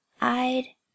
I'd—